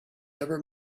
ever